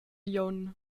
glion